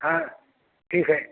हाँ ठीक है